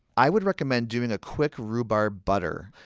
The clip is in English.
i would recommend doing a quick rhubarb butter.